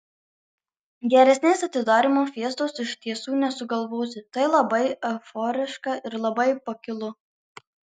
geresnės atidarymo fiestos iš tiesų nesugalvosi tai labai euforiška ir labai pakilu